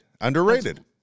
Underrated